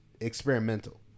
experimental